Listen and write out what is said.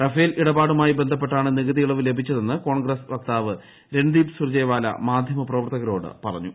Rafale ഇടപാടുമായി ബസ്ട്രപ്പെട്ടാണ് നികുതി ഇളവ് ലഭിച്ചതെന്ന് കോൺഗ്രസ് വക്താപ്പ് രൺദീപ് സുർജെവാല മാധ്യമ പ്രവർത്തകരോട് പറഞ്ഞു